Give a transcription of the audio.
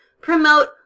promote